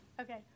Okay